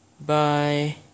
bye